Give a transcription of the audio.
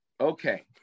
Okay